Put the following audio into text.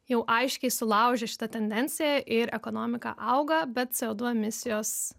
jau aiškiai sulaužė šitą tendenciją ir ekonomika auga bet co du emicijos